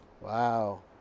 wow